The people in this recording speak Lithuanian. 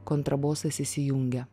kontrabosas įsijungia